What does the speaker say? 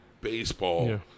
baseball